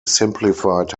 simplified